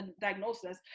diagnosis